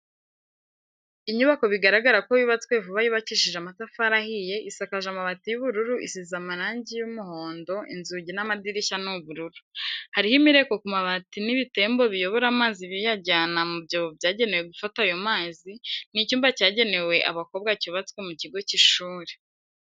Inyubako bigaragara ko yubatswe vuba yubakishije amatafari ahiye, isakaje amabati y'ubururu isize amarangi y'umuhondo inzugi n'amadirishya ni ubururu. Hariho imireko ku mabati n'ibitembo biyobora amazi biyajyana mu byobo byagenewe gufata ayo mazi, ni icyumba cyagenewe abakobwa cyubatswe mu kigo cy'ishuri.